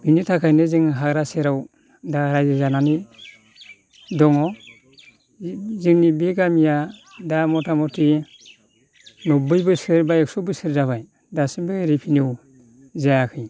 बेनि थाखायनो जों हाग्रा सेराव दा रायजो जानानै दङ जोंनि बे गामिया दा मथा मथि नोब्बै बोसोर बा एक्स' बोसोर जाबाय दासिमबो रिभिनिउ जायाखै